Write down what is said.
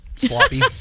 Sloppy